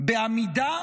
בעמידה